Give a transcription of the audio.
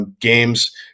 games